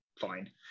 fine